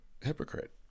hypocrite